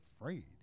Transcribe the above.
afraid